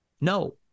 No